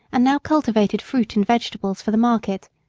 and now cultivated fruit and vegetables for the market,